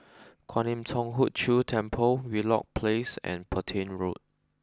Kwan Im Thong Hood Cho Temple Wheelock Place and Petain Road